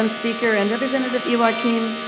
um speaker. and representative youakim